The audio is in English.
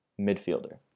midfielder